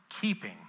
keeping